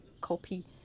copy